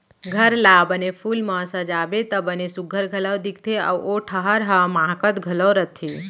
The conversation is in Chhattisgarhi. घर ला बने फूल म सजाबे त बने सुग्घर घलौ दिखथे अउ ओ ठहर ह माहकत घलौ रथे